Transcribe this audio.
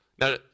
Now